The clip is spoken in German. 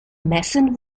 messen